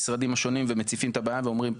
המשרדים השונים ומציפים את הבעיה ואומרים,